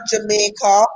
Jamaica